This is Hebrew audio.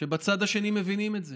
שבצד השני מבינים את זה.